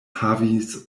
havis